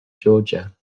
georgia